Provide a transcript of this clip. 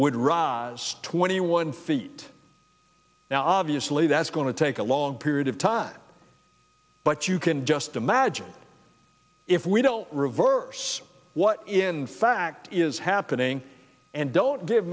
would rise twenty one feet now obviously that's going to take a long period of time but you can just imagine if we don't reverse what in fact is happening and don't give